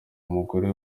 umugore